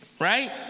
right